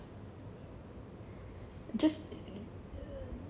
just